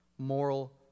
Moral